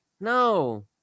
No